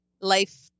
life